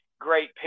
great